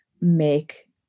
make